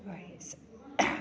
ओहिसँ